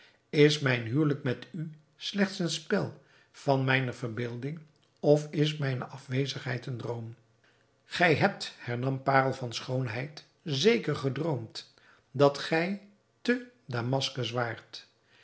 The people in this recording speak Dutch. is mijn huwelijk met u slechts een spel van mijne verbeelding of is mijne afwezigheid een droom gij hebt hernam parel van schoonheid zeker gedroomd dat gij te damaskus waart